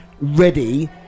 ready